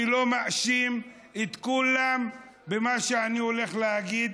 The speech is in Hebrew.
אני לא מאשים את כולם במה שאני הולך להגיד.